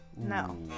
No